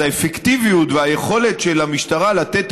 אז האפקטיביות והיכולת של המשטרה לתת